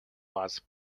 was